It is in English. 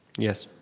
yes.